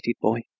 boy